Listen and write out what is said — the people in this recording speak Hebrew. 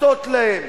עטות להן